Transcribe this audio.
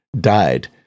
died